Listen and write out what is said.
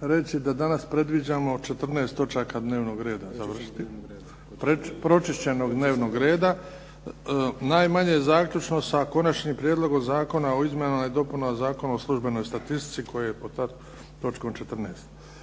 reći da danas predviđamo 14 točaka dnevnog reda završiti, pročišćenog dnevnog reda. Najmanje zaključno sa Konačnim prijedlogom zakona o izmjenama i dopunama Zakona o službenoj statistici koja je pod točkom 14.